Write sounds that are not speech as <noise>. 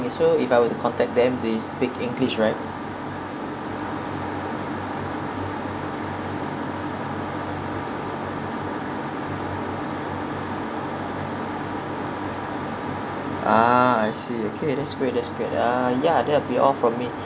so if I were to contact them they speak english right ah I see okay that's great that's great ah ya that will be all for me <breath>